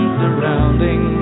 surrounding